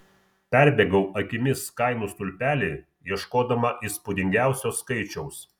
perbėgau akimis kainų stulpelį ieškodama įspūdingiausio skaičiaus